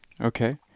Okay